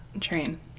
train